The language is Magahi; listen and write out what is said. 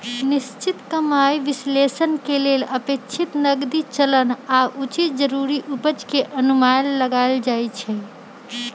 निश्चित कमाइ विश्लेषण के लेल अपेक्षित नकदी चलन आऽ उचित जरूरी उपज के अनुमान लगाएल जाइ छइ